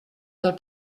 del